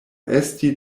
esti